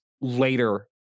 later